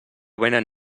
venen